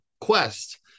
quest